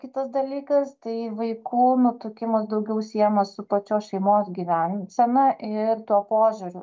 kitas dalykas tai vaikų nutukimas daugiau siejamas su pačios šeimos gyvensena ir tuo požiūriu